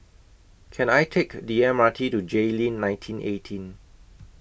Can I Take The M R T to Jayleen nineteen eighteen